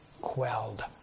quelled